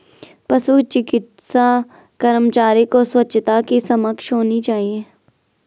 पशु चिकित्सा कर्मचारी को स्वच्छता की समझ होनी चाहिए